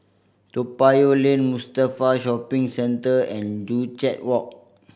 Toa Payoh Lane Mustafa Shopping Centre and Joo Chiat Walk